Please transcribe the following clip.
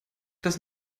das